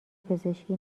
پزشکی